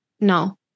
no